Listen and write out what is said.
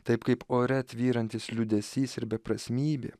taip kaip ore tvyrantis liūdesys ir beprasmybė